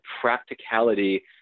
practicality